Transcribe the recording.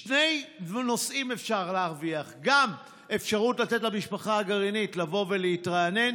שני נושאים אפשר להרוויח: גם אפשרות לתת למשפחה הגרעינית להתרענן